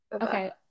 Okay